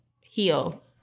heal